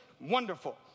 wonderful